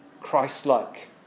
Christ-like